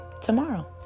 tomorrow